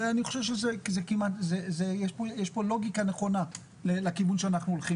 אני חושב שיש כאן לוגיקה נכונה לכיוון שאנחנו הולכים